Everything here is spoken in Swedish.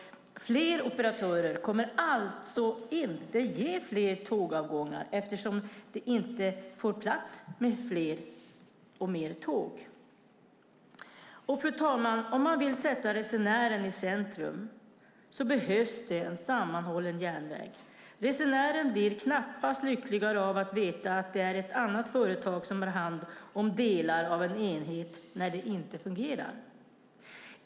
Fler operatörer kommer alltså inte att ge fler tågavgångar, eftersom det inte får plats fler tåg. Fru talman! Om man vill sätta resenären i centrum behövs en sammanhållen järnväg. Resenären blir knappast lyckligare av att veta att det är ett annat företag som har hand om delar av en enhet när det inte fungerar.